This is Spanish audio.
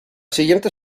siguiente